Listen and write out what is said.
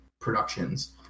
productions